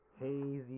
Hazy